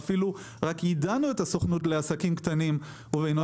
יידענו את הסוכנות לעסקים קטנים ובינוניים